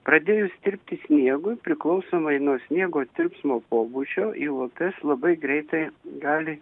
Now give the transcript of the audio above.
pradėjus tirpti sniegui priklausomai nuo sniego tirpsmo pobūdžio į upes labai greitai gali